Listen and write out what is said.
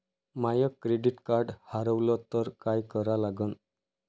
माय credit card हारवलं तर काय करा लागन?